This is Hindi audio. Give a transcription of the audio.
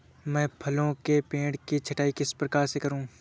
मैं फलों के पेड़ की छटाई किस प्रकार से करूं?